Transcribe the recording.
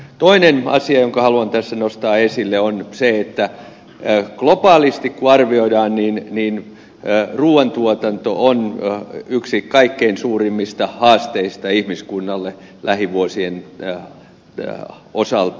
toinen asia jonka haluan tässä nostaa esille on se että globaalisti kun arvioidaan niin ruuantuotanto on yksi kaikkein suurimmista haasteista ihmiskunnalle lähivuosien osalta